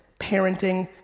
parenting,